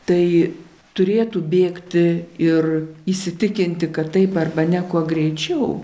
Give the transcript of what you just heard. tai turėtų bėgti ir įsitikinti kad taip arba ne kuo greičiau